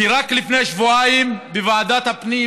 כי רק לפני שבועיים בוועדת הפנים,